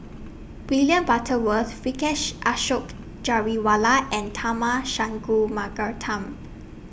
William Butterworth Vijesh Ashok Ghariwala and Tharman Shanmugaratnam